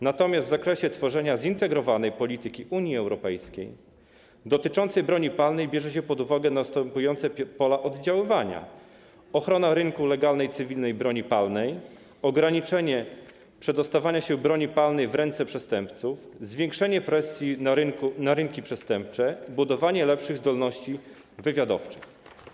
Natomiast w zakresie tworzenia zintegrowanej polityki Unii Europejskiej dotyczącej broni palnej bierze się pod uwagę następujące pola oddziaływania: ochronę rynku legalnej cywilnej broni palnej, ograniczenie przedostawania się broni palnej w ręce przestępców, zwiększenie presji na rynki przestępcze, budowanie lepszych zdolności wywiadowczych.